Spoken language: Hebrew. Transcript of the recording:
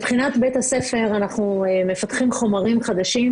מבחינת בית הספר אנחנו מפתחים חומרים חדשים,